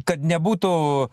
kad nebūtų